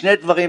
שני דברים,